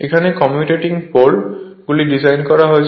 এখানে commutating pole গুলি design করা হয়েছে